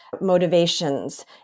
motivations